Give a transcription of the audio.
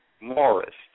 Morris